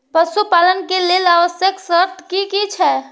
पशु पालन के लेल आवश्यक शर्त की की छै?